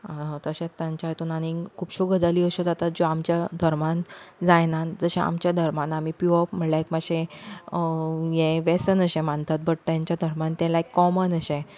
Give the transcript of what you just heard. तशेंच तांच्या हितून आनी खुबश्यो गजाली अशे जाता ज्यो आमच्यो धर्मान जायना जशे आमच्या धर्मान आमी पिवप म्हणल्यार मातशें हें वेसन अशें मानतात बट तेंच्या धर्मान तें लायक कॉमन अशें